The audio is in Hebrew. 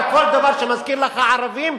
כל דבר שמזכיר לך ערבים,